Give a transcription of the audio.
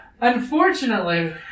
Unfortunately